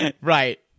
Right